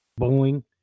Boeing